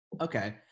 okay